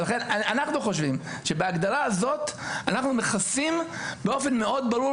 אנחנו חושבים שבהגדרה הזאת אנחנו מכסים באופן מאוד ברור,